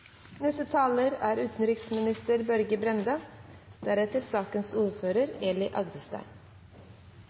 Neste taler er utenriksminister Børge Brende